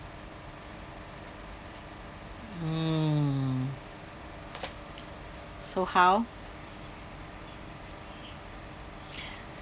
mm so how